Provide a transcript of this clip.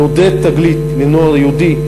לעודד "תגלית" לנוער יהודי.